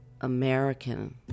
American